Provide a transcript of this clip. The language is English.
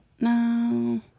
No